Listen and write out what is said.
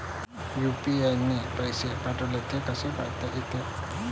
UPI न पैसे पाठवले, ते कसे पायता येते?